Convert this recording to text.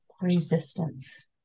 resistance